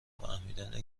فهمیدن